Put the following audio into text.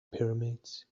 pyramids